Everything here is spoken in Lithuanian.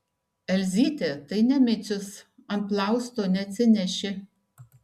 elzytė tai ne micius ant plausto neatsineši